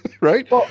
right